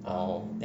oh